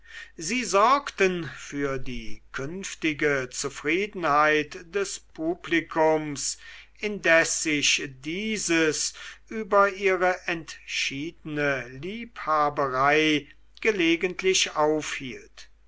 sie sorgten für die künftige zufriedenheit des publikums indes sich dieses über ihre entschiedene liebhaberei gelegentlich aufhielt